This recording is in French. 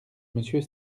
monsieur